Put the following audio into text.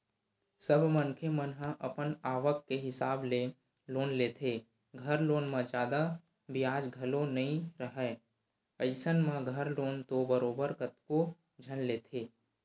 सब मनखे मन ह अपन आवक के हिसाब ले लोन लेथे, घर लोन म जादा बियाज घलो नइ राहय अइसन म घर लोन तो बरोबर कतको झन लेथे